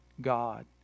God